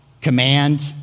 command